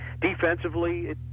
defensively